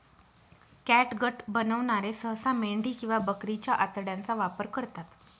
catgut बनवणारे सहसा मेंढी किंवा बकरीच्या आतड्यांचा वापर करतात